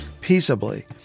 peaceably